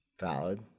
Valid